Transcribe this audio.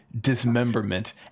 dismemberment